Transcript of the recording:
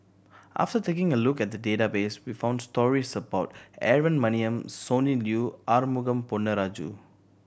after taking a look at the database we found stories about Aaron Maniam Sonny Liew Arumugam Ponnu Rajah